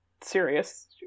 serious